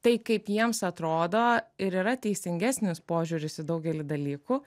tai kaip jiems atrodo ir yra teisingesnis požiūris į daugelį dalykų